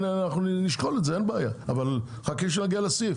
אנחנו נשקול את זה אין בעיה אבל חכה שנגיע לסעיף.